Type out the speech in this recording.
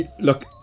Look